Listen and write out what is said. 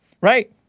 right